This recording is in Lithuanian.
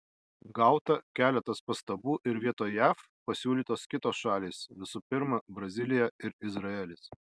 gauta keletas pastabų ir vietoj jav pasiūlytos kitos šalys visų pirma brazilija ir izraelis